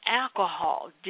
alcohol